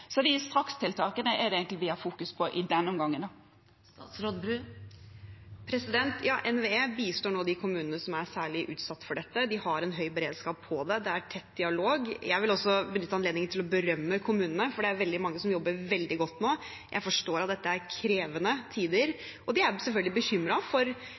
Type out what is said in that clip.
er strakstiltakene vi fokuserer på i denne omgang. NVE bistår nå de kommunene som er særlig utsatt for dette. De har en høy beredskap på det, det er tett dialog. Jeg vil også benytte anledningen til å berømme kommunene, for det er veldig mange som jobber veldig godt nå. Jeg forstår at dette er krevende tider. Man er selvfølgelig bekymret for